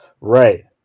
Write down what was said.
Right